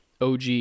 OG